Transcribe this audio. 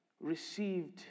received